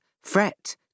fret